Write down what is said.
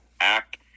act